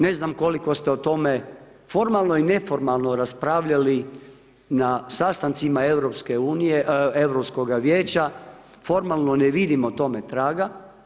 Ne znam koliko ste o tome formalno i neformalno raspravljali na sastancima Europskoga vijeća, formalno ne vidim o tome traga.